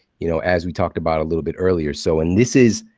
you know as we talked about a little bit earlier, so and this is